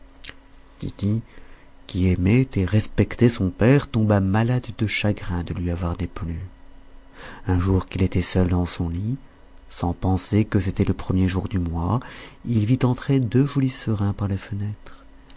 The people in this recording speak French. qui aimait et respectait son père tomba malade de chagrin de lui avoir déplu un jour qu'il était seul dans son lit sans penser que c'était le premier jour du mois il vit entrer par la fenêtre